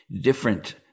different